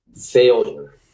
failure